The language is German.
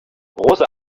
rosa